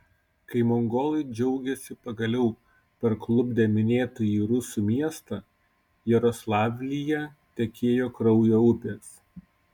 kai mongolai džiaugėsi pagaliau parklupdę minėtąjį rusų miestą jaroslavlyje tekėjo kraujo upės